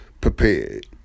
prepared